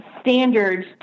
standards